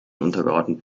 untergeordnet